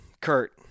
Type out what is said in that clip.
Kurt